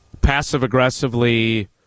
passive-aggressively